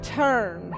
turn